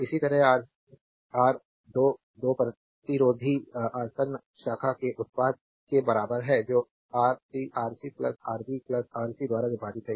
इसी तरह आर 2 दो प्रतिरोधी आसन्न शाखा के उत्पाद के बराबर है जो R C R C RB RC द्वारा विभाजित है